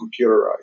computerized